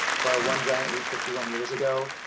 for our one giant leap fifty one years ago,